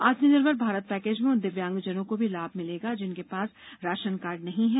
आत्मनिर्भर भारत पैकेज में उन दिव्यांगजनों को भी लाभ मिलेगा जिनके पास राशन कार्ड नहीं है